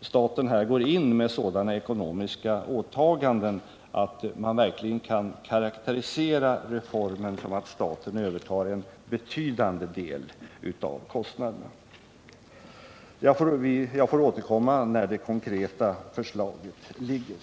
staten här går in med sådana ekonomiska åtaganden att man verkligen kan karakterisera reformen som att staten övertar en betydande del av kostnaderna. Jag får återkomma när det konkreta förslaget föreligger.